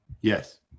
Yes